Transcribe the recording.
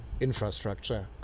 Infrastructure